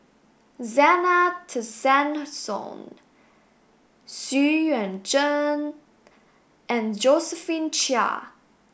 Zena Tessensohn Xu Yuan Zhen and Josephine Chia